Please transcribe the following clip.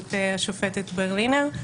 בראשות השופטת ברלינר,